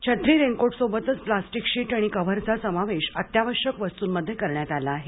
छत्री रेनकोटसोबतच plastic sheet आणि कव्हरचा समावेश अत्यावश्यक वस्तूंमध्ये करण्यात आला आहे